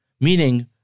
Meaning